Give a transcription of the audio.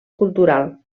cultural